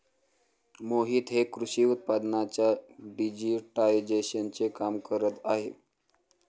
मोहित हे कृषी उत्पादनांच्या डिजिटायझेशनचे काम करत आहेत